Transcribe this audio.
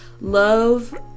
love